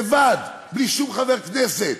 לבד, בלי שום חבר כנסת.